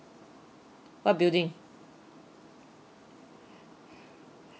what building